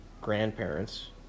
grandparents